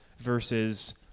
versus